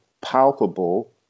palpable